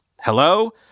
Hello